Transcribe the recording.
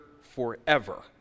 forever